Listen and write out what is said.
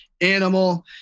animal